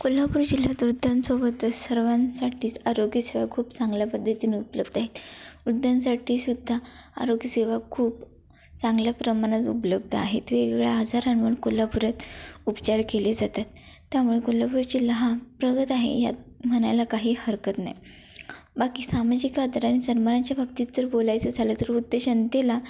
कोल्हापूर जिल्ह्यात वृद्धांसोबत सर्वांसाठीच आरोग्यसेवा खूप चांगल्या पद्धतीने उपलब्ध आहेत वृद्धांसाठी सुद्धा आरोग्यसेवा खूप चांगल्या प्रमाणात उपलब्ध आहेत वेगवेगळ्या आजारांवर कोल्हापूरात उपचार केले जातात त्यामुळे कोल्हापूर जिल्हा हा प्रगत आहे यात म्हणायला काही हरकत नाही बाकी सामाजिक आदर आणि सन्मानाच्या बाबतीत जर बोलायचं झालं तर